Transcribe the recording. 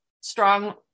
strong